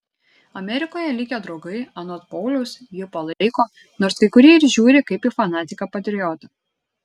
amerikoje likę draugai anot pauliaus jį palaiko nors kai kurie ir žiūri kaip į fanatiką patriotą